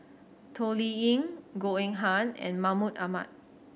Toh Liying Goh Eng Han and Mahmud Ahmad